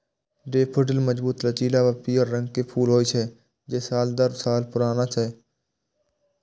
daffodil मजबूत, लचीला आ पीयर रंग के फूल होइ छै, जे साल दर साल फुलाय छै